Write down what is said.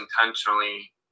intentionally